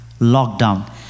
lockdown